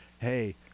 hey